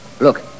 Look